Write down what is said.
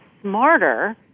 smarter